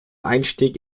einstieg